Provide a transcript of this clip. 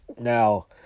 Now